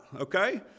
okay